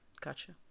Gotcha